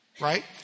right